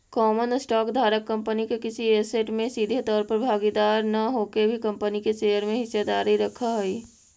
common stock धारक company के किसी ऐसेट में सीधे तौर पर भागीदार न होके भी कंपनी के शेयर में हिस्सेदारी रखऽ हइ